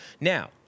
Now